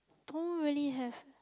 don't really have